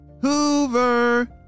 Hoover